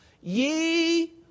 ye